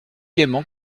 gaiement